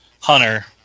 Hunter